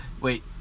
wait